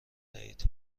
دهید